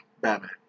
Batman